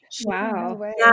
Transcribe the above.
Wow